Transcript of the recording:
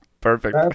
Perfect